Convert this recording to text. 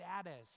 status